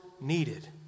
needed